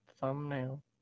thumbnail